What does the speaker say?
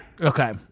okay